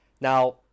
Now